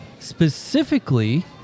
specifically